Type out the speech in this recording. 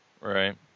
Right